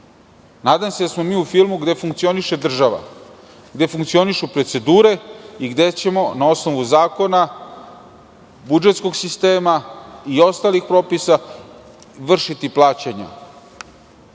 Nadam se da smo mi u filmu gde funkcioniše država, gde funkcionišu procedure i gde ćemo na osnovu zakona, budžetskog sistema i ostalih propisa, vršiti plaćanje. Zato